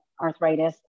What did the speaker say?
arthritis